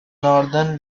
northern